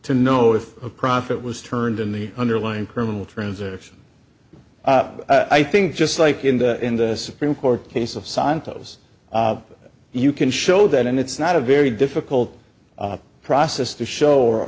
to know if a profit was turned in the underlying criminal transaction i think just like in the in the supreme court case of scientists you can show that and it's not a very difficult process to show or